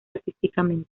artísticamente